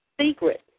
secret